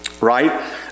Right